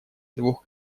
двух